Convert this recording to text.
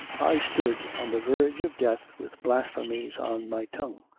i stood on the verge of death with blasphemies on my tongue.